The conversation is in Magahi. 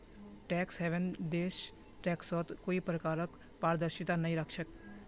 टैक्स हेवन देश टैक्सत कोई प्रकारक पारदर्शिता नइ राख छेक